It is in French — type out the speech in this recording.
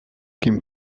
kim